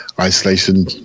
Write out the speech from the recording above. isolation